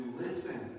Listen